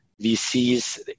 VCs